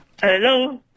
Hello